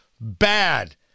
bad